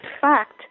fact